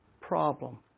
problem